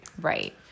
Right